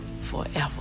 forever